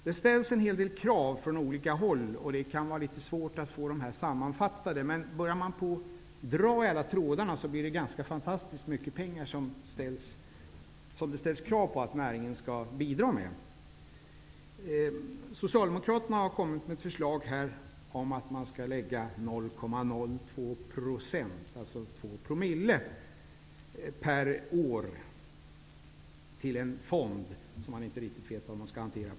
Det ställs en hel del krav från olika håll, och det kan vara litet svårt att sammanfatta dem. Men om man börjar dra i alla tråder rör det sig om fantastiska mängder pengar som det ställs krav på att näringen skall bidra med. Socialdemokraterna har här kommit med ett förslag om att man skall lägga två promille per år till en fond, som man inte riktigt vet hur man skall hantera.